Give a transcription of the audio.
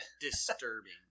disturbing